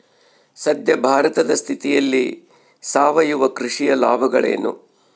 ಸದ್ಯ ಭಾರತದ ಸ್ಥಿತಿಯಲ್ಲಿ ಸಾವಯವ ಕೃಷಿಯ ಲಾಭಗಳೇನು?